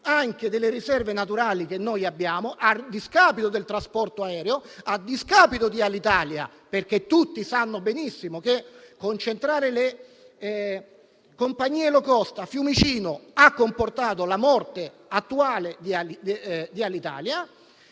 anche delle nostre riserve naturali, a discapito del trasporto aereo e anche di Alitalia, perché tutti sanno benissimo che concentrare le compagnie *low cost* a Fiumicino ha comportato la morte attuale di Alitalia.